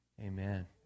Amen